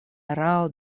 erao